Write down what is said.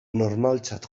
normaltzat